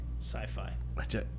sci-fi